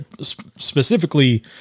specifically